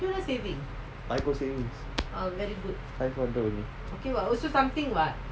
I got savings five hundred only